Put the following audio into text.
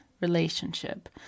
relationship